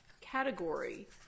category